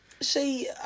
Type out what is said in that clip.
See